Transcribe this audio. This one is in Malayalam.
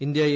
India A